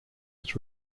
its